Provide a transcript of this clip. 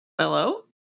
Hello